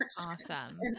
Awesome